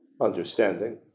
understanding